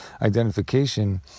identification